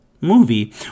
movie